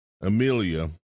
Amelia